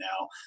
now